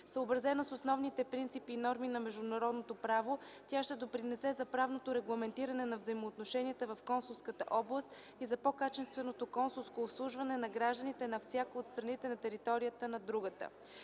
Съобразена с основните принципи и норми на международното право, тя ще допринесе за правното регламентиране на взаимоотношенията в консулската област и за по-качественото консулско обслужване на гражданите на всяка от страните на територията на другата.